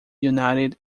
united